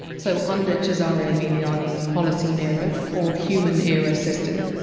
so under cesare emiliani! s holocene era or human era system,